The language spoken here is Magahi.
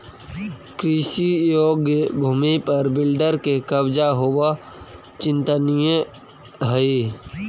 कृषियोग्य भूमि पर बिल्डर के कब्जा होवऽ चिंतनीय हई